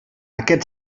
aquest